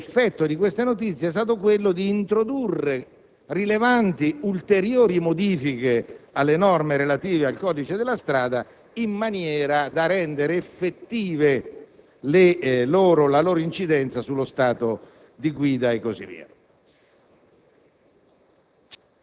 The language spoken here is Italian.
l'effetto di queste notizie è stato quello di introdurre rilevanti ed ulteriori modifiche alle norme del codice della strada in maniera da rendere effettiva la loro incidenza sullo stato di guida e così via.